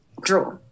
draw